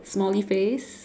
smiley face